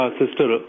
sister